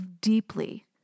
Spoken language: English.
deeply